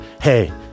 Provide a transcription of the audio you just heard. Hey